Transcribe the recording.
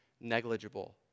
negligible